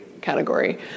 category